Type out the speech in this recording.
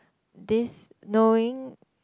this knowing